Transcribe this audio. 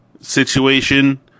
situation